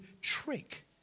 trick